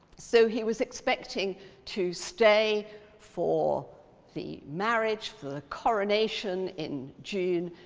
so he was expecting to stay for the marriage, for the coronation in june,